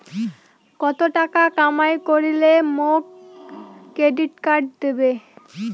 কত টাকা কামাই করিলে মোক ক্রেডিট কার্ড দিবে?